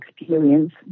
experience